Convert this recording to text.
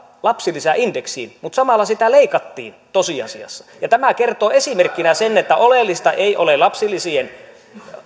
lapsilisän indeksiin mutta samalla sitä leikattiin tosiasiassa ja tämä kertoo esimerkkinä sen että oleellista ei ole lapsilisien